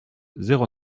zéro